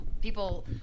people